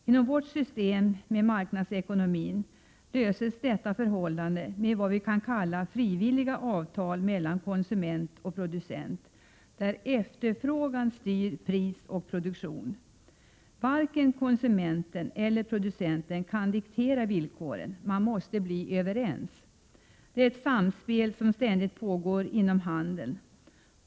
Inom vårt system med marknadsekonomi löses problemen med vad vi kan kalla frivilliga avtal mellan konsument och producent. I dessa avtal styrs pris och produktion av efterfrågan. Varken konsumenten eller producenten kan 1 diktera villkoren — man måste komma överens. Det är ett samspel som ständigt pågår inom handeln.